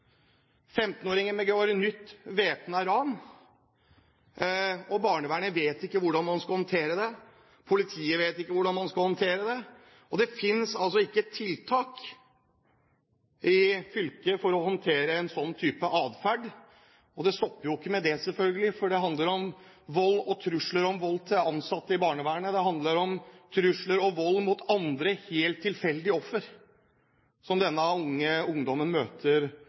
begår et nytt væpnet ran, og barnevernet vet ikke hvordan man skal håndtere det, politiet vet ikke hvordan man skal håndtere det. Det finnes altså ikke tiltak i fylket for å håndtere en sånn type adferd. Og det stopper ikke med det, selvfølgelig, for det handler om vold og trusler om vold mot ansatte i barnevernet, det handler om trusler og vold mot andre helt tilfeldige ofre som denne ungdommen møter